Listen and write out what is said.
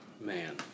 Man